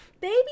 Baby